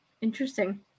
Interesting